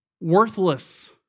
worthless